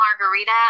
margarita